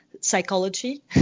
psychology